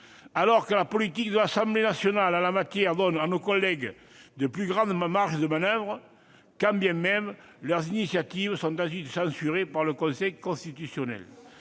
alors que la politique de l'Assemblée nationale en la matière donne à nos collègues de plus grandes marges de manoeuvre, quand bien même leurs initiatives sont ensuite censurées par le Conseil constitutionnel.